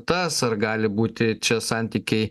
tas ar gali būti čia santykiai